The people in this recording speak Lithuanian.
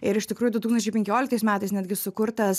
ir iš tikrųjų du tūkstančiai penkioliktais metais netgi sukurtas